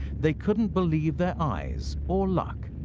they couldn't believe their eyes or luck.